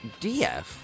DF